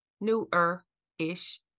newer-ish